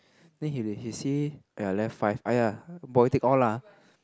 then he he said !aiya! left five !aiya! boy take all lah